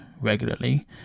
regularly